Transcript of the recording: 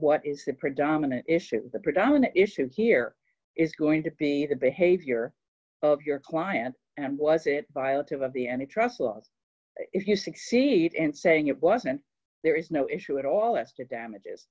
what is the predominant issue the predominant issue here is going to be the behavior of your client and was it by a lot of of the any trust laws if you succeed in saying it wasn't there is no issue at all as to damages